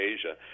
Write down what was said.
Asia